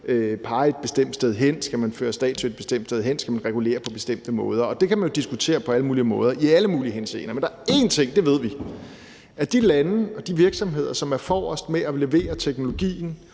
pege et bestemt sted hen, skal man føre statsstøtten et bestemt sted hen, skal man regulere på bestemte måder? Det kan man diskutere på alle mulige måder i alle mulige henseender. Men der er én ting, og det ved vi, nemlig at de lande og de virksomheder, som er forrest med at levere teknologien